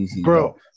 bro